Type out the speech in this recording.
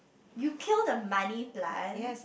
you kill the money plant